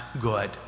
good